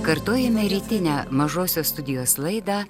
kartojame rytinę mažosios studijos laidą